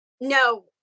No